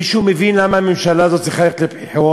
מישהו מבין למה הממשלה הזאת צריכה ללכת לבחירות?